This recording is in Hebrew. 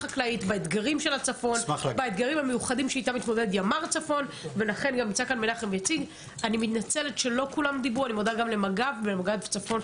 אני מודה גם למג"ב צפון,